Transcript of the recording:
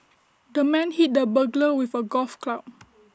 the man hit the burglar with A golf club